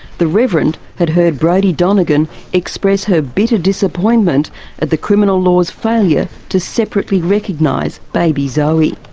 the reverend had heard brodie donegan express her bitter disappointment at the criminal law's failure to separately recognise baby zoe.